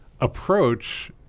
approach